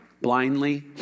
blindly